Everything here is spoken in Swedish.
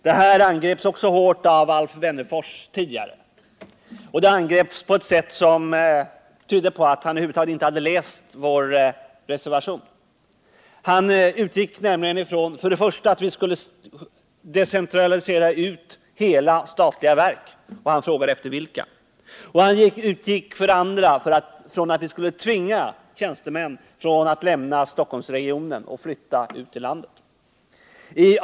Detta förslag angreps tidigare också hårt av Alf Wennerfors, och det angreps på ett sätt som tydde på att han över huvud taget inte hade läst vår reservation. Han utgick för det första från att vi skulle decentralisera ut hela statliga verk, och han frågade efter vilka det gällde. För det andra utgick han från att vi skulle tvinga tjänstemän att lämna Stockholmsregionen och flytta till landet.